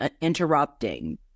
interrupting